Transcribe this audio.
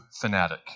fanatic